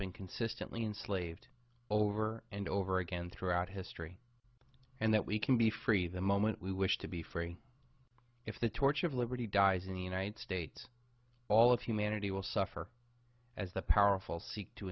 been consistently in slaved over and over again throughout history and that we can be free the moment we wish to be free if the torch of liberty dies in the united states all of humanity will suffer as the powerful seek to